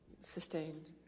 Sustained